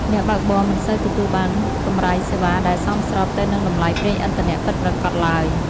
អ្នកបើកបរមិនសូវទទួលបានកម្រៃសេវាដែលសមស្របទៅនឹងតម្លៃប្រេងឥន្ធនៈពិតប្រាកដឡើយ។